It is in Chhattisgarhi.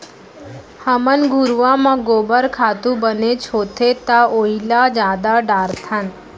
हमन घुरूवा म गोबर खातू बनेच होथे त ओइला जादा डारथन